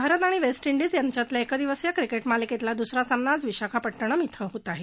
भारत आणि West Indies यांच्यातल्या एकदिवसीय क्रिकेट मालिकेतला दुसरा सामना आज विशाखापट्टणम डिं होत आहे